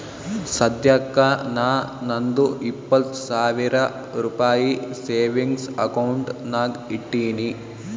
ಸದ್ಯಕ್ಕ ನಾ ನಂದು ಇಪ್ಪತ್ ಸಾವಿರ ರುಪಾಯಿ ಸೇವಿಂಗ್ಸ್ ಅಕೌಂಟ್ ನಾಗ್ ಇಟ್ಟೀನಿ